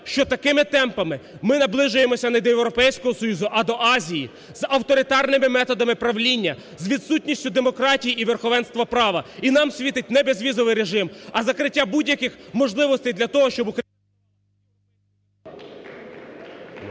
що такими темпами ми наближаємося не до Європейського Союзу, а до Азії, з авторитарними методами правління, з відсутністю демократії і верховенства права. І нам світить не безвізовий режим, а закриття будь-яких можливостей для того, щоб Україна…